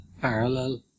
parallel